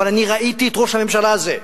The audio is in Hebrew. אבל אני ראיתי את ראש הממשלה הזה,